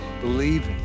believe